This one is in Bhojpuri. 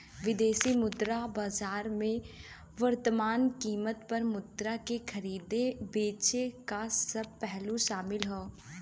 विदेशी मुद्रा बाजार में वर्तमान कीमत पर मुद्रा के खरीदे बेचे क सब पहलू शामिल हौ